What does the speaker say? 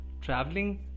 traveling